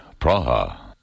Praha